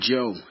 Joe